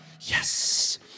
yes